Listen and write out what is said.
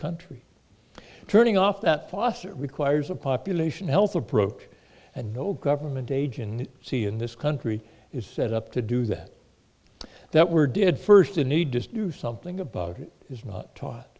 country turning off that foster requires a population health approach and no government agency see in this country is set up to do that that we're did first the need to do something about it is not taught